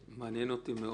מעניין אותי מאוד.